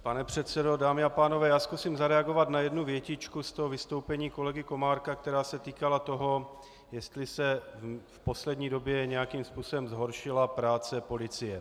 Pane předsedo, dámy a pánové, já zkusím zareagovat na jednu větičku z vystoupení kolegy Komárka, která se týkala toho, jestli se v poslední době nějakým způsobem zhoršila práce policie.